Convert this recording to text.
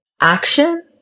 action